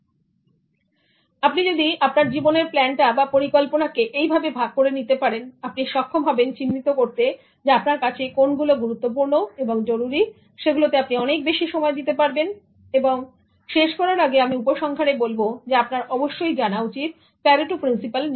সুতরাং যদি আপনি আপনার জীবনের প্ল্যানটা বাপরিকল্পনাকে এই ভাবে ভাগ করে নিতে পারেন আপনি সক্ষম হবেন চিহ্নিত করতে আপনার কাছে কোনগুলো গুরুত্বপূর্ণ এবং জরুরী এবং সেগুলোতে আপনি অনেক বেশি সময় দিন এখন শেষ করার আগে আমি উপসংহারে বলব আপনার অবশ্যই জানা উচিত প্যারেটো প্রিন্সিপাল নিয়ে